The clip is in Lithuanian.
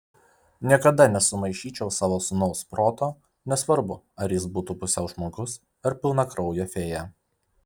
niekada nesumaišyčiau savo sūnaus proto nesvarbu ar jis būtų pusiau žmogus ar pilnakraujė fėja